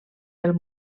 del